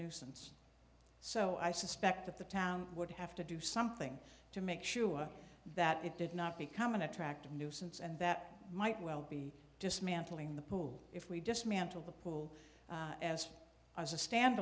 nuisance so i suspect that the town would have to do something to make sure that it did not become an attractive nuisance and that might well be dismantling the pool if we dismantle the pool as a